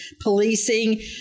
Policing